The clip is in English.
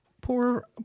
poor